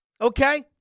Okay